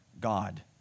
God